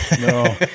No